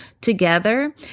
together